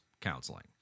counseling